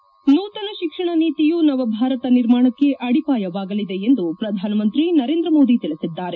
head ನೂತನ ಶಿಕ್ಷಣ ನೀತಿಯು ನವಭಾರತ ನಿರ್ಮಾಣಕ್ಕೆ ಅಡಿಪಾಯವಾಗಲಿದೆ ಎಂದು ಪ್ರಧಾನಮಂತ್ರಿ ನರೇಂದ್ರ ಮೋದಿ ತಿಳಿಸಿದ್ದಾರೆ